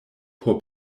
por